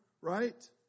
right